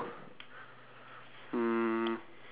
we can talk continue talking about this then okay